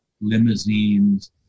limousines